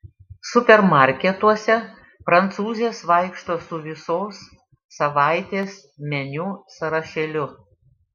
supermarketuose prancūzės vaikšto su visos savaitės meniu sąrašėliu